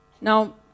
Now